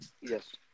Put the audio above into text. Yes